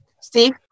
Steve